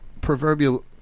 proverbial